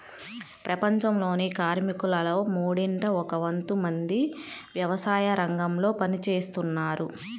ప్రపంచంలోని కార్మికులలో మూడింట ఒక వంతు మంది వ్యవసాయరంగంలో పని చేస్తున్నారు